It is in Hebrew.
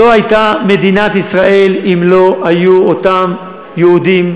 לא הייתה מדינת ישראל אם לא היו אותם יהודים,